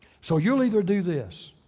so you'll either do this,